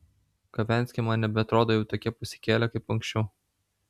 kavenski man nebeatrodo jau tokie pasikėlę kaip anksčiau